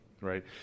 Right